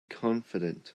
confident